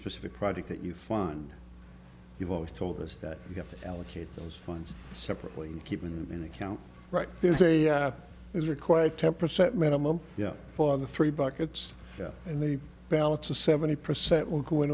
specific project that you find you've always told us that you have to allocate those funds separately keeping the recount right there's a gap is required ten percent minimum you know for the three buckets and the ballots the seventy percent will go in